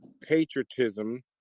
patriotism